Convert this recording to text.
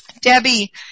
Debbie